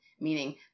meaning